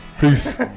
Peace